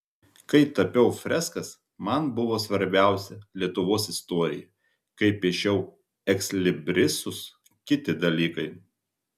kai tapiau freskas man buvo svarbiausia lietuvos istorija kai piešiau ekslibrisus kiti dalykai